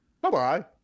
Bye-bye